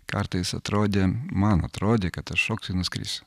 kartais atrodė man atrodė kad aš šokius i nuskrisiu